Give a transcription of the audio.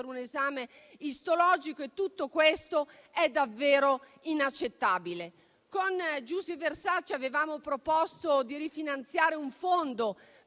un esame istologico e tutto questo è davvero inaccettabile. Con Giusy Versace avevamo proposto di rifinanziare un fondo per